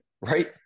right